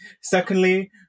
Secondly